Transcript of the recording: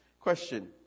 Question